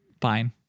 fine